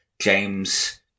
James